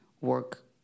work